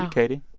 um katie?